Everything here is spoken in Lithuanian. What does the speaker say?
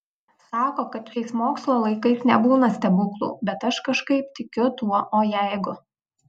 sako kad šiais mokslo laikais nebūna stebuklų bet aš kažkaip tikiu tuo o jeigu